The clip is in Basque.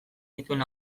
dituen